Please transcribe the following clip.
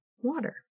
water